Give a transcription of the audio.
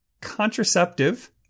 contraceptive